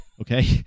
Okay